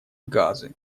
газы